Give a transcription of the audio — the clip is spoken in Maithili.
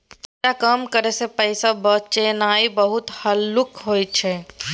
खर्चा कम करइ सँ पैसा बचेनाइ बहुत हल्लुक होइ छै